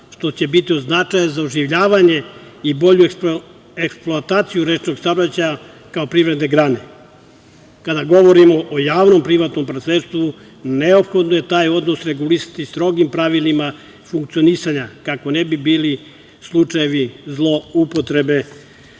što će biti od značaja za oživljavanje i bolju eksploataciju rečnog saobraćaja kao privredne grane. Kada govorimo o javnom-privatnom partnerstvu, neophodno je taj odnos regulisati strogim pravilima funkcionisanja kako ne bi bili slučajevi zloupotrebe,